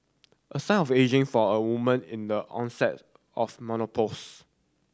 a sign of ageing for a woman in the onset of menopause